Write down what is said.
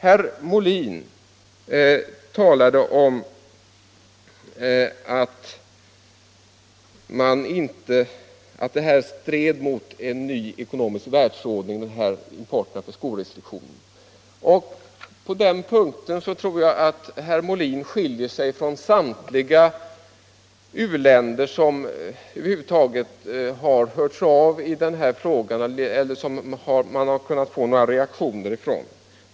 Herr Molin talade om att restriktionerna för skoimport stred mot en ny ekonomisk världsordning. Herr Molin skiljer sig på den punkten från samtliga företrädare för u-länder som över huvud taget har hörts av eller som man har kunnat få några reaktioner ifrån.